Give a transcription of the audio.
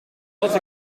had